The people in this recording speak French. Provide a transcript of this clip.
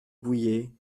bouyer